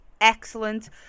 excellent